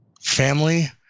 family